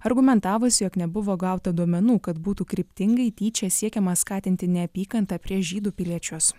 argumentavusi jog nebuvo gauta duomenų kad būtų kryptingai tyčia siekiama skatinti neapykantą prieš žydų piliečius